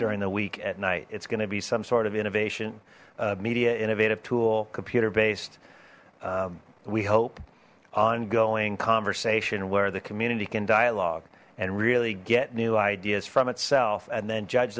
during the week at night it's going to be some sort of innovation media innovative tool computer based we hope ongoing conversation where the community can dialogue and really get new ideas from itself and then judge